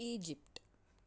Egypt